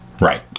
Right